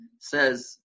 says